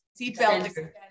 seatbelt